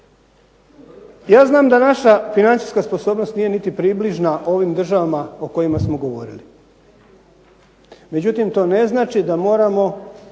Ja znam da naša financijska sposobnost nije niti približna ovim državama o kojima smo govorili. Međutim, to ne znači da moramo